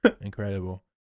incredible